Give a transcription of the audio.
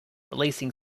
releasing